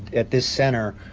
at this center.